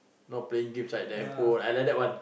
no playing games like the handphone I like that one